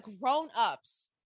grown-ups